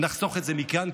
נחסוך את זה מכם,